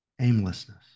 aimlessness